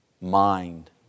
mind